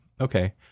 Okay